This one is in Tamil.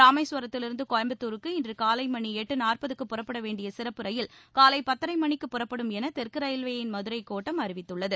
ராமேஸ்வரத்திலிருந்து கோயம்பத்துருக்கு இன்று காலை மணி எட்டு நாற்பதுக்கு புறப்பட வேண்டிய் சிறப்பு ரயில் காலை பத்தரை மணிக்குப் புறப்படும் என தெற்கு ரயில்வேயின் மதுரை கோட்டம் அறிவிததுள்ளது